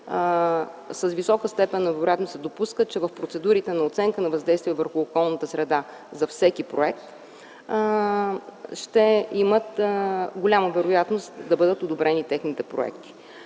с висока степен на вероятност се допуска, че в процедурите по оценка за въздействие върху околната среда за всеки проект ще има голяма вероятност техните проекти